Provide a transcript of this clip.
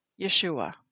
Yeshua